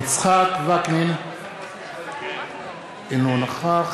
וקנין, אינו נוכח